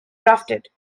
drafted